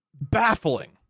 baffling